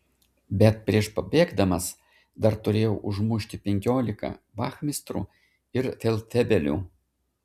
bet prieš pabėgdamas dar turėjau užmušti penkiolika vachmistrų ir feldfebelių